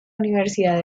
universidad